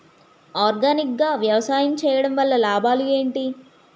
Organic గా వ్యవసాయం చేయడం వల్ల లాభాలు ఏంటి?